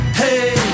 hey